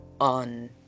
on